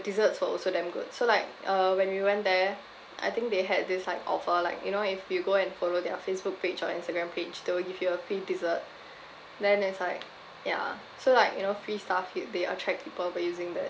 desserts were also damn good so like uh when we went there I think they had this like offer like you know if you go and follow their facebook page or instagram page they will give you a free dessert then it's like yeah so like you know free stuff hit they attract people by using that